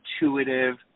intuitive